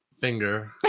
Finger